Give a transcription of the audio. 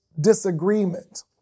disagreement